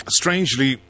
strangely